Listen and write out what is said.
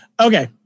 Okay